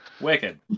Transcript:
Wicked